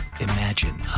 Imagine